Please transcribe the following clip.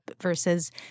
versus